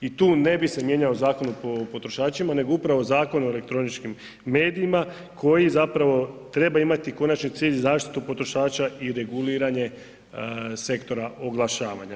I tu ne bi se mijenjao Zakon o potrošačima nego upravo Zakon o elektroničkim medijima koji zapravo treba imati konačni cilj zaštitu potrošača i reguliranje sektora oglašavanja.